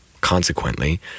Consequently